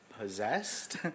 possessed